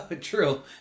true